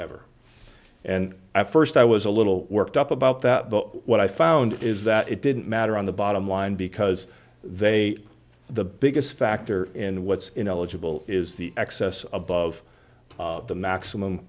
ever and at st i was a little worked up about that but what i found is that it didn't matter on the bottom line because they the biggest factor in what's in eligible is the excess above the maximum